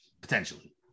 potentially